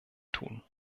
tun